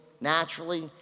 naturally